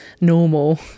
normal